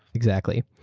exactly.